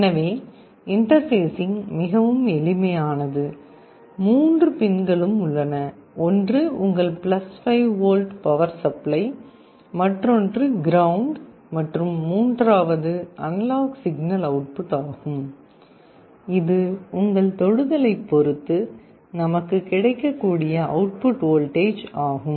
எனவே இன்டர்பேஸிங் மிகவும் எளிமையானது மூன்று பின்களும் உள்ளன ஒன்று உங்கள் 5 வோல்ட் பவர் சப்ளை மற்றொன்று கிரவுண்ட் மற்றும் மூன்றாவது அனலாக் சிக்னல் அவுட்புட் ஆகும் இது உங்கள் தொடுதலைப் பொறுத்து நமக்கு கிடைக்கக்கூடிய அவுட்புட் வோல்டேஜ் ஆகும்